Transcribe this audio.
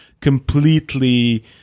completely